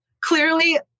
clearly